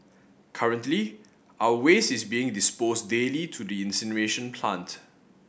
currently our waste is being disposed daily to the incineration plant